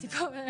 ישבתי פה גם